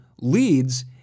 leads